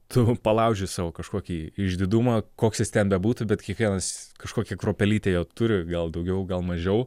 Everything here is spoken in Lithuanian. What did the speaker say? tu palauži savo kažkokį išdidumą koks jis ten bebūtų bet kiekvienas kažkokią kruopelytę jo turi gal daugiau gal mažiau